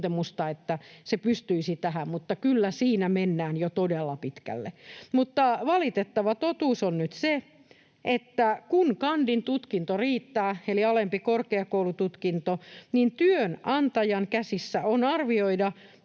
että hän pystyisi tähän, mutta kyllä siinä mennään jo todella pitkälle. Valitettava totuus on nyt se, että kun kandin tutkinto eli alempi korkeakoulututkinto riittää, niin työnantajan käsissä on arvioida,